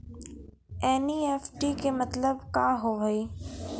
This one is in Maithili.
एन.ई.एफ.टी के मतलब का होव हेय?